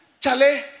Chale